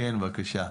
בבקשה.